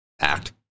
Act